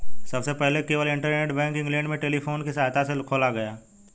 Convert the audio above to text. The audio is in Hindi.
सबसे पहले केवल इंटरनेट बैंक इंग्लैंड में टेलीफोन की सहायता से खोला गया